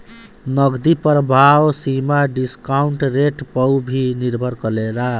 नगदी प्रवाह सीमा डिस्काउंट रेट पअ भी निर्भर करेला